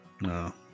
no